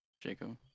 Jacob